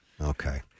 Okay